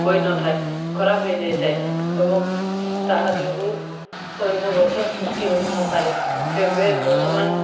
ହୋଇନଥାଏ ଖରାପ ହେଇଯାଇଥାଏ ଏବଂ ତାହା ଯୋଗୁଁ ଅନ୍ୟ ଗଛ ସୃଷ୍ଟି ହୋଇନପାରେ ଏବେ ବର୍ତ୍ତମାନ